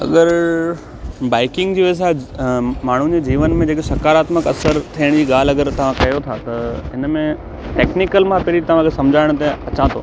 अगरि बाइकिंग जो असां माण्हुनि जे जीवन में जेके सकारात्मक असरु थियण जी ॻाल्हि अगरि तव्हां कयो था त इन में टेक्नीकल मां पहिरीं तव्हांखे सम्झाइण ते अचा थो